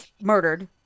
murdered